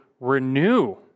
renew